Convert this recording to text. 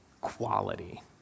quality